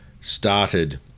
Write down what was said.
started